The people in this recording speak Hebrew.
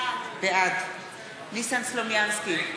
בעד ניסן סלומינסקי,